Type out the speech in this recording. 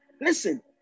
listen